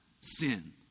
sin